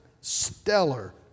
stellar